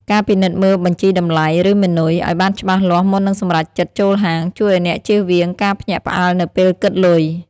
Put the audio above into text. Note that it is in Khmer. ការពិនិត្យមើលបញ្ជីតម្លៃ ឬ មីនុយ ឱ្យបានច្បាស់លាស់មុននឹងសម្រេចចិត្តចូលហាង ជួយឱ្យអ្នកជៀសវាងការភ្ញាក់ផ្អើលនៅពេលគិតលុយ។